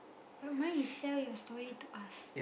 but mine is sell your story to us